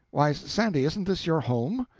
why, sandy, isn't this your home?